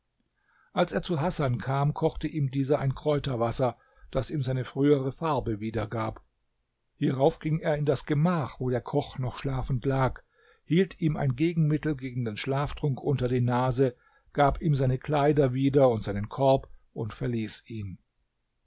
als er zu hasan kam kochte ihm dieser ein kräuterwasser das ihm seine frühere farbe wiedergab hierauf ging er in das gemach wo der koch noch schlafend lag hielt ihm ein gegenmittel gegen den schlaftrunk unter die nase gab ihm seine kleider wieder und seinen korb und verließ ihn